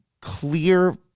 clear